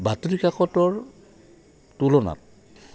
বাতৰি কাকতৰ তুলনাত